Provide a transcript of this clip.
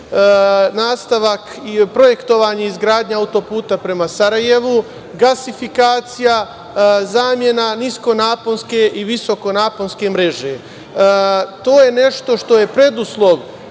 nastavak i projektovanje izgradnje autoputa prema Sarajevu, gasifikacija, zamena niskonaponske i visokonaponske mreže. To je nešto što je preduslov